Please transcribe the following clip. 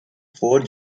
four